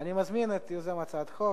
אני מזמין את יוזם הצעת החוק,